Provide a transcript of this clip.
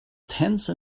tense